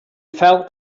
felt